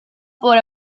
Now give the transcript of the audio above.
por